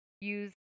use